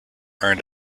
earned